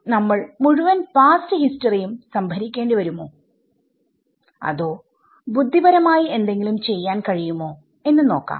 പിന്നെയും നമ്മൾ മുഴുവൻ പാസ്ററ് ഹിസ്റ്ററിയും സംഭരിക്കേണ്ടി വരുമോ അതോ ബുദ്ധിപരമായി എന്തെങ്കിലും ചെയ്യാൻ കഴിയുമോ എന്ന് നോക്കാം